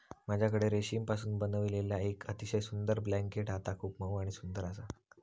माझ्याकडे रेशीमपासून बनविलेला येक अतिशय सुंदर ब्लँकेट हा ता खूप मऊ आणि सुंदर आसा